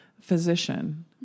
physician